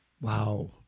Wow